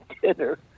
dinner